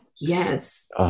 yes